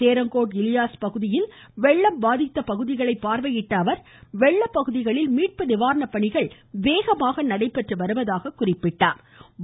சேரங்கோட் இலியாஸ் பகுதியில் வெள்ளம் பாதிக்கப்பட்ட பகுதிகளை பார்வையிட்ட அவர் வெள்ள பகுதிகளில் மீட்பு நிவாரண பணிகள் வேகமாக நடைபெற்று வருவதாக குறிப்பிட்டார்